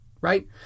right